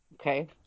Okay